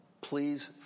please